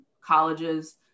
colleges